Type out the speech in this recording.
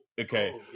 okay